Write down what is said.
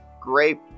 great